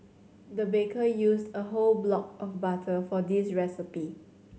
the baker used a whole block of butter for this recipe